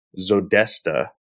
Zodesta